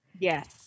Yes